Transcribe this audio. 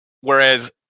Whereas